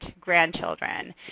grandchildren